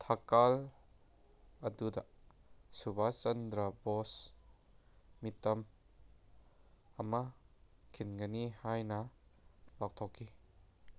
ꯊꯀꯥꯜ ꯑꯗꯨꯗ ꯁꯨꯕꯥꯁ ꯆꯟꯗ꯭ꯔ ꯕꯣꯁ ꯃꯤꯇꯝ ꯑꯃ ꯈꯤꯟꯒꯅꯤ ꯍꯥꯏꯅ ꯂꯥꯎꯊꯣꯛꯈꯤ